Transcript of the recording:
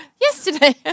Yesterday